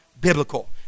biblical